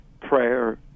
prayer